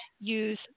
use